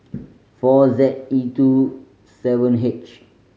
four Z E two seven H